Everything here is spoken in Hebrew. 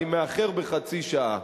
אני מאחר בחצי שעה.